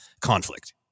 conflict